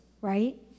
right